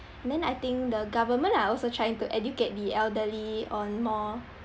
then I think the government are also trying to educate the elderly on more